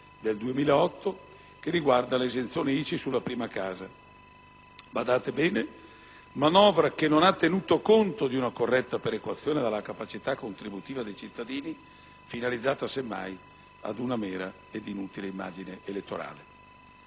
del 2008 che riguarda l'esenzione ICI sulla prima casa: manovra che non ha tenuto conto di una corretta perequazione della capacità contributiva dei cittadini, finalizzata semmai ad una mera ed inutile immagine elettorale.